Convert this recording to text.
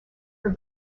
her